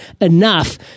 enough